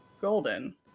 golden